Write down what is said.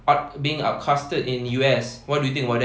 out~ being outcasted in U_S what you think about that